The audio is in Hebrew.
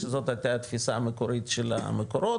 שזאת הייתה התפיסה המקורית של מקורות,